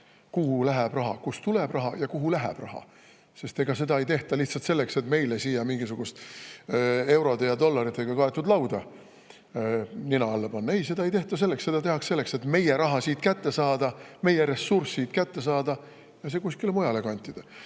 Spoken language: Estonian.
ära näidanud, kust tuleb raha ja kuhu läheb raha. Ega seda ei tehta lihtsalt selleks, et meile siia mingisugust eurode ja dollaritega kaetud lauda nina alla panna. Ei, seda ei tehta selleks. Seda tehakse selleks, et meie raha siit kätte saada, meie ressursid kätte saada ja need kuskile mujale kantida.